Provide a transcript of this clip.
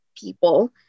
people